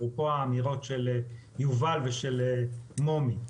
אפרופו האמירות של יובל ושל מומי.